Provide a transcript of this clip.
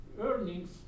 earnings